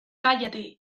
cállate